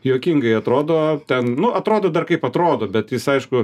juokingai atrodo ten nu atrodo dar kaip atrodo bet jis aišku